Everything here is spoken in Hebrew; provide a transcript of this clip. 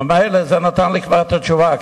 זה נתן לי כבר את התשובה,